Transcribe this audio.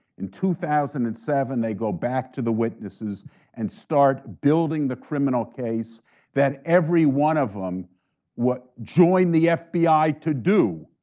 in two thousand and seven they go back to the witnesses and start building the criminal case that every one of them joined the fbi to do,